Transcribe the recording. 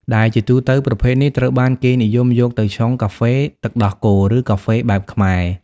ដែលជាទូទៅ ប្រភេទនេះត្រូវបានគេនិយមយកទៅឆុងកាហ្វេទឹកដោះគោ ឬកាហ្វេបែបខ្មែរ។